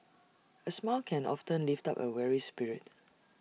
A smile can often lift up A weary spirit